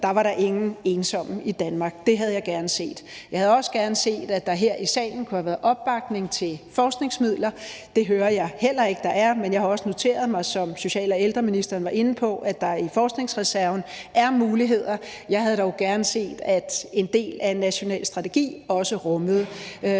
er der ingen ensomme i Danmark. Det havde jeg gerne set. Jeg havde også gerne set, at der her i salen kunne have været opbakning til forskningsmidler. Det hører jeg heller ikke der er, men jeg har også noteret mig – som social- og ældreministeren var inde på – at der i forskningsreserven er muligheder. Jeg havde dog gerne set, at en del af en national strategi også rummede